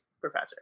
professor